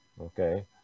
okay